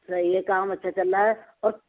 صحیح ہے کام اچھا چل رہا ہے اور